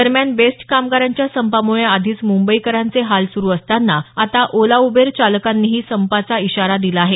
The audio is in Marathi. दरम्यान बेस्ट कामगारांच्या संपामुळे आधीच मुंबईकरांचे हाल सुरू असताना आता ओला उबेर चालकांनीही संपाचा इशारा दिला आहे